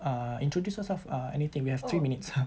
err introduce yourself uh anything we have three minutes !huh!